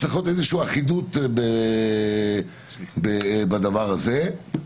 צריכה להיות איזושהי אחידות בדבר הזה.